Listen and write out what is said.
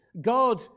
God